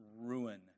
ruin